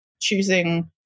choosing